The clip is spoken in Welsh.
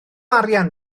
arian